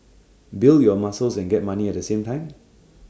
build your muscles and get money at the same time